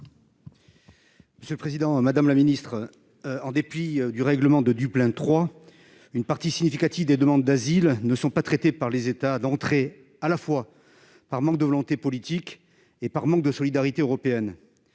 Jean-Michel Arnaud. Madame la ministre, en dépit du règlement dit Dublin III, une partie significative des demandes d'asile ne sont pas traitées par les États d'entrée, à la fois par manque de volonté politique et par manque de solidarité européenne.